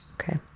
Okay